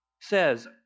says